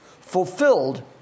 fulfilled